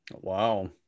wow